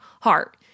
heart